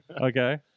Okay